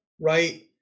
right